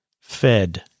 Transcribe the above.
fed